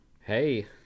Hey